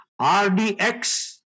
RDX